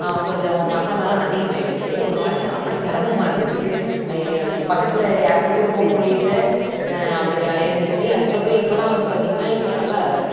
கொஞ்சம் மசாலாலாம் அதிகமாயிடுச்சு ஒருமாதிரி சாப்பிட சிரமமாக இருந்துச்சு அய்யோ பக்கத்தில் யாருக்கும் கொடுக்கவும் முடியலை அப்படி இருந்துச்சு அதுக்கு அப்புறம் இப்பலாம் வந்து பார்த்தீங்கன்னா இப்போ நல்லா